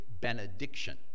benediction